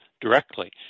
directly